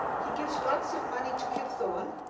he gives lots of money to kip thorne